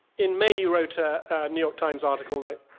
in may you wrote a new york times article that